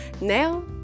Now